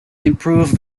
improved